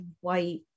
white